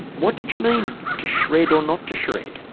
what did you mean to shred or not to shred?